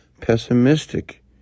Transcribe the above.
pessimistic